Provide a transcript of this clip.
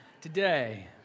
today